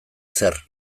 zer